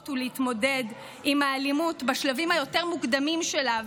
ולהתמודד עם האלימות בשלבים יותר מוקדמים שלה,